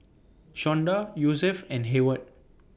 Shawnda Josef and Heyward